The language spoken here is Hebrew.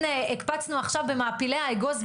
הנה הקפצנו עכשיו במעפילי האגוז,